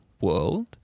world